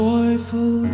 Joyful